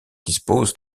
disposent